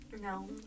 No